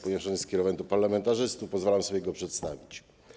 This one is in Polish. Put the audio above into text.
Ponieważ on jest skierowany do parlamentarzystów, pozwalam sobie go przedstawić.